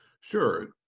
Sure